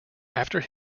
after